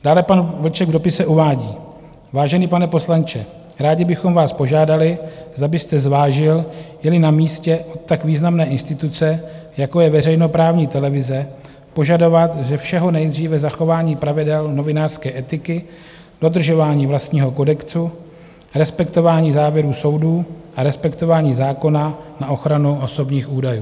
Dále pan Vlček v dopise uvádí: Vážený pane poslanče, rádi bychom vás požádali, zda byste zvážil, jeli na místě od tak významné instituce, jako je veřejnoprávní televize, požadovat ze všeho nejdříve zachování pravidel novinářské etiky, dodržování vlastního kodexu, respektování závěrů soudů a respektování zákona na ochranu osobních údajů.